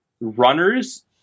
Runners